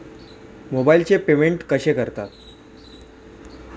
मोबाइलचे पेमेंट कसे करतात?